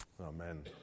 Amen